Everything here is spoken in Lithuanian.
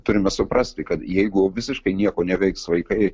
turime suprasti kad jeigu visiškai nieko neveiks vaikai